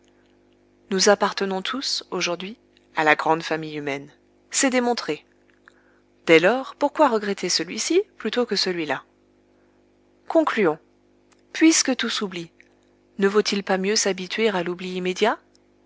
nous appartenons tous aujourd'hui à la grande famille humaine c'est démontré dès lors pourquoi regretter celui-ci plutôt que celui-là concluons puisque tout s'oublie ne vaut-il pas mieux s'habituer à l'oubli immédiat